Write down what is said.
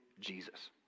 jesus